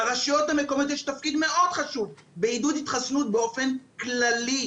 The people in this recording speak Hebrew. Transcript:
לרשויות המקומיות יש תפקיד מאוד חשוב בעידוד התחסנות באופן כללי,